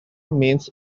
means